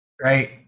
right